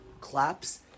Claps